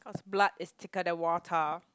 blood is thicker than water